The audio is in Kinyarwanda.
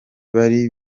bari